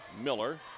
Miller